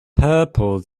purple